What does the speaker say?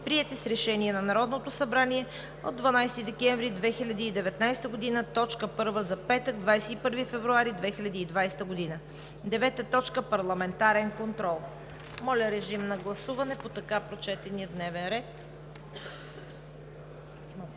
приети с Решение на Народното събрание от 12 декември 2019 г. – точка първа за петък, 21 февруари 2020 г. 9. Парламентарен контрол.“ Моля, режим на гласуване по така прочетения дневен ред.